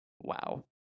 Wow